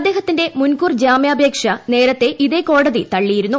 അദ്ദേഹത്തിന്റെ മുൻകൂർ ജാമ്യാപേക്ഷ നേരത്തെ ഇതേ കോടതി തള്ളിയിരുന്നു